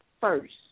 first